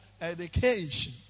education